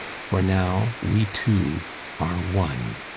for now we two are one.